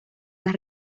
las